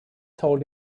told